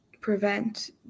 prevent